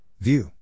View